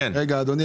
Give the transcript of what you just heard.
רגע אדוני,